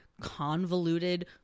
convoluted